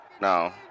No